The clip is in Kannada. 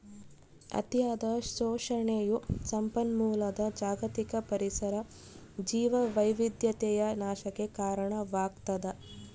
ಅತಿಯಾದ ಶೋಷಣೆಯು ಸಂಪನ್ಮೂಲದ ಜಾಗತಿಕ ಪರಿಸರ ಜೀವವೈವಿಧ್ಯತೆಯ ನಾಶಕ್ಕೆ ಕಾರಣವಾಗ್ತದ